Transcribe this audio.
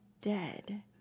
dead